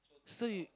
so you